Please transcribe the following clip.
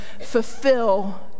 fulfill